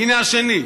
הינה השני.